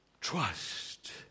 Trust